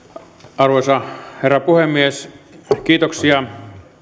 arvoisa herra puhemies kiitoksia